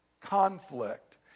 conflict